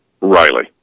Riley